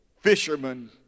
fishermen